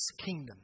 kingdom